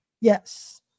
yes